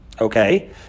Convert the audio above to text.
Okay